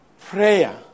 Prayer